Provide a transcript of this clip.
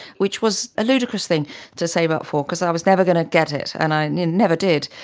which was a ludicrous thing to save up for because i was never going to get it, and i never did.